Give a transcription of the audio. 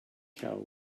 cow